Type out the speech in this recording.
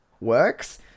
works